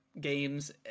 games